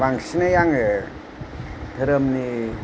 बांसिनै आङो